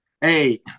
Hey